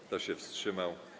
Kto się wstrzymał?